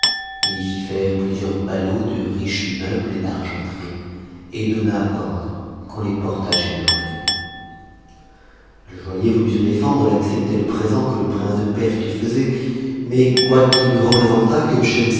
faire plusieurs ballots de riches meubles et d'argenterie et donna ordre qu'on les portât chez le joaillier le joaillier voulut se défendre d'accepter le présent que le prince de perse lui faisait mais quoiqu'il lui représentât que